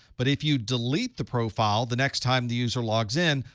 but if you delete the profile the next time the user logs in,